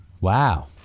Wow